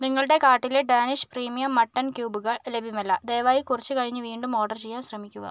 നിങ്ങളുടേ കാർട്ടിലെ Danish premium mutton ക്യൂബുകൾ ലഭ്യമല്ല ദയവായി കുറച്ചു കഴിഞ്ഞ് വീണ്ടും ഓർഡർ ചെയ്യാൻ ശ്രമിക്കുക